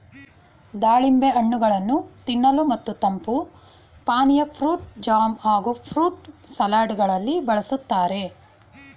ದಾಳಿಂಬೆ ಹಣ್ಣುಗಳನ್ನು ತಿನ್ನಲು ಮತ್ತು ತಂಪು ಪಾನೀಯ, ಫ್ರೂಟ್ ಜಾಮ್ ಹಾಗೂ ಫ್ರೂಟ್ ಸಲಡ್ ಗಳಲ್ಲಿ ಬಳ್ಸತ್ತರೆ